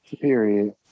Period